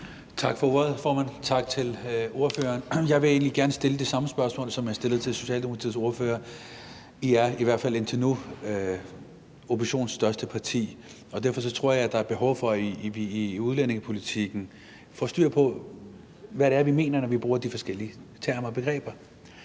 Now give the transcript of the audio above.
Tak for ordet, formand, og tak til ordføreren. Jeg vil egentlig gerne stille det samme spørgsmål, som jeg stillede til Socialdemokratiets ordfører. Venstre er, i hvert fald endnu, oppositionens største parti. Derfor tror jeg, der er behov for, at vi i udlændingepolitikken får styr på, hvad det er, vi mener, når vi bruger de forskellige termer og begreber.